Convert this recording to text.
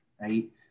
right